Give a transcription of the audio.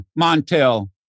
Montel